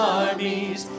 armies